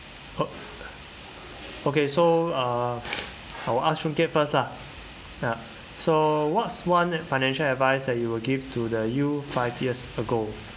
oh okay so uh I'll ask choon kiat first lah ya so what's one financial advice that you will give to the you five years ago